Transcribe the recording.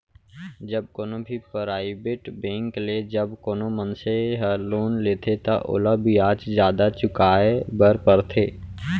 जब कोनो भी पराइबेट बेंक ले जब कोनो मनसे ह लोन लेथे त ओला बियाज जादा चुकाय बर परथे